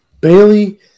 Bailey